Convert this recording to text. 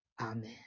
Amen